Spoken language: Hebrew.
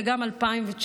וגם 2019,